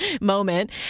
moment